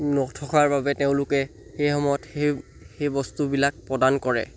নথকাৰ বাবে তেওঁলোকে সেই সময়ত সেই সেই বস্তুবিলাক প্ৰদান কৰে